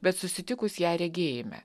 bet susitikus ją regėjime